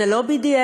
זה לא BDS,